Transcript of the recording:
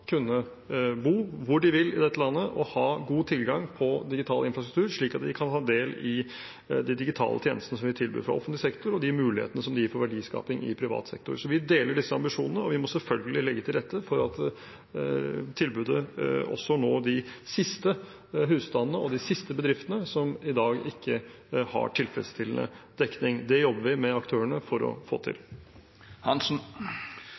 kunne bo hvor de vil i dette landet og ha god tilgang på digital infrastruktur, slik at de kan ta del i de digitale tjenestene vi tilbyr fra offentlig sektor, og de mulighetene det gir for verdiskaping i privat sektor. Vi deler disse ambisjonene, og vi må selvfølgelig legge til rette for at tilbudet også når de siste husstandene og bedriftene som i dag ikke har tilfredsstillende dekning. Det jobber vi med aktørene for å få til.